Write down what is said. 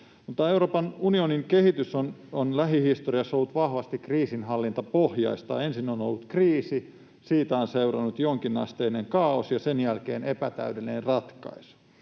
Euroopan unionin kehitys on lähihistoriassa ollut vahvasti kriisinhallintapohjaista. Ensin on ollut kriisi, siitä on seurannut jonkinasteinen kaaos ja sen jälkeen epätäydellinen ratkaisu.